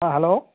আ হেল্ল'